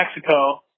Mexico